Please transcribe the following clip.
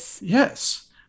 Yes